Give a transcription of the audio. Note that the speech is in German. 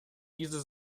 diese